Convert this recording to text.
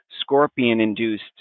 scorpion-induced